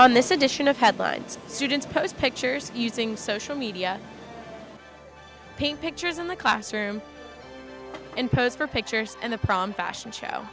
on this edition of headlines students post pictures using social media paint pictures in the classroom and pose for pictures and the prom fashion show